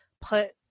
put